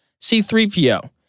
C3PO